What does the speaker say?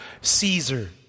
Caesar